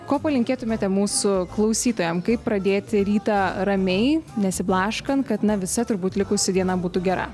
ko palinkėtumėte mūsų klausytojam kaip pradėti rytą ramiai nesiblaškant kad na visa turbūt likusi diena būtų gera